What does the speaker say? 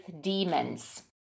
demons